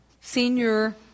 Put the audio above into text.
senior